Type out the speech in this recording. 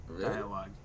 dialogue